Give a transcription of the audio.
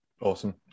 awesome